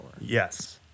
yes